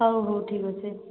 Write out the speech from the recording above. ହେଉ ହେଉ ଠିକ ଅଛେ